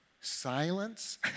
silence